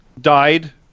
died